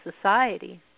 society